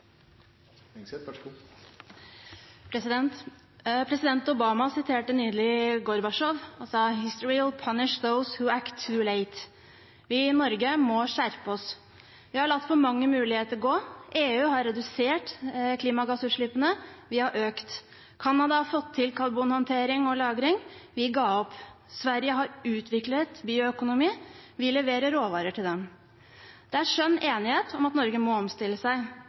President Obama siterte nylig Gorbatsjov og sa: «History will punish those who act too late.» Vi i Norge må skjerpe oss. Vi har latt for mange muligheter gå. EU har redusert klimagassutslippene – vi har økt. Canada har fått til karbonhåndtering og -lagring. Vi ga opp. Sverige har utviklet bioøkonomi. Vi leverer råvarer til dem. Man er skjønt enige om at Norge må omstille seg.